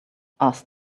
asked